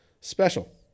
special